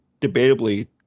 debatably